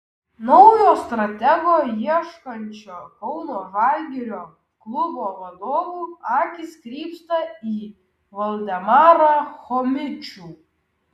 naujo stratego ieškančio kauno žalgirio klubo vadovų akys krypsta į valdemarą chomičių